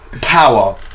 Power